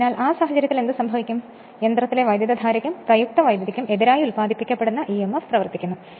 അതിനാൽ ആ സാഹചര്യത്തിൽ എന്ത് സംഭവിക്കും യന്ത്രത്തിലെ വൈദ്യുതധാരയ്ക്കും പ്രയുക്ത വൈദ്യുതിക്കും എതിരായി ഉത്പാദിപ്പിക്കപ്പെടുന്ന emf പ്രവർത്തിക്കുന്നു